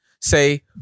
say